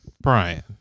Brian